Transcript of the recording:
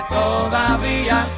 todavía